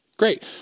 great